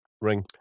ring